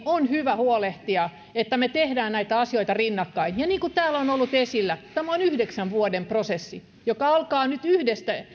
on hyvä huolehtia että me teemme näitä asioita rinnakkain niin kuin täällä on on ollut esillä tämä on yhdeksän vuoden prosessi joka alkaa nyt yhdestä